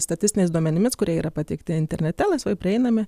statistiniais duomenimis kurie yra pateikti internete laisvai prieinami